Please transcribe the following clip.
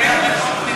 אני אצטרף לחוק, נכון?